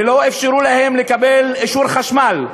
ולא אפשרו להם לקבל אישור חשמל.